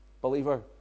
Believer